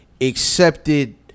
accepted